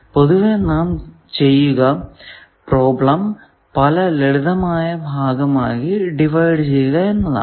പൊതുവെ നാം ചെയ്യുക പ്രോബ്ലം പല ലളിതമായ ഭാഗമായി ഡിവൈഡ് ചെയ്യുക എന്നതാണ്